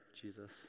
Jesus